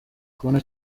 kubona